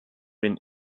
den